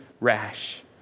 rash